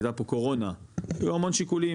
הייתה פה קורונה היו המון שיקולים,